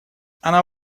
она